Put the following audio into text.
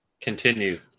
continue